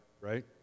right